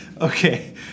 Okay